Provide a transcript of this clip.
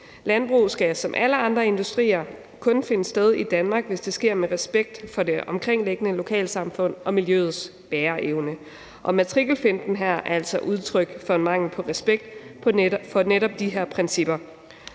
Landbruget skal som alle andre industrier kun finde sted i Danmark, hvis det sker med respekt for det omkringliggende lokalsamfund og miljøets bæreevne, og matrikelfinten her er altså udtryk for en mangel på respekt for netop de her principper,